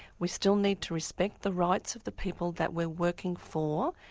we still need to respect the rights of the people that we're working for,